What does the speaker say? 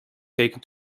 keken